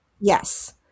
Yes